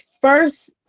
first